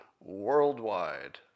worldwide